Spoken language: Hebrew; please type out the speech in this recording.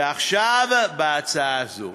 ועכשיו בהצעה הזו.